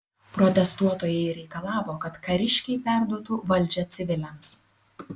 protestuotojai reikalavo kad kariškiai perduotų valdžią civiliams